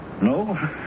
No